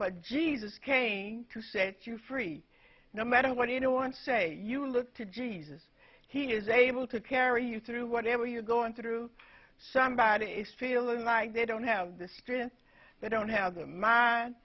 but jesus came to set you free no matter what anyone say you look to jesus he is able to carry you through whatever you're going through somebody is feeling like they don't have the spirit but don't have